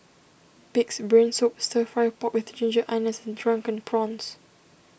Pig's Brain Soup Stir Fry Pork with Ginger Onions and Drunken Prawns